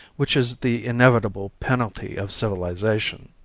which is the inevitable penalty of civilization.